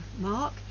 mark